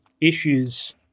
issues